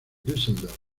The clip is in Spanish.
düsseldorf